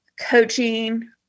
coaching